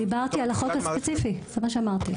דיברתי על החוק הספציפי, זה מה שאמרתי.